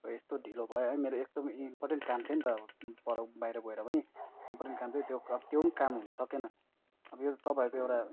अब यस्तो ढिलो भयो है मेरो एकदम इम्पोर्टेन्ट काम थियो नि त पर बाहिर गएर पनि इम्पोर्टेन्ट काम थियो त्यो अब त्यो पनि काम हुन सकेन अब यो त तपाईँहरूको एउटा